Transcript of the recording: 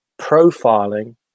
profiling